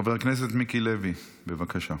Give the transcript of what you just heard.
חבר הכנסת מיקי לוי, בבקשה.